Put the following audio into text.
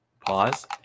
Pause